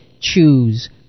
choose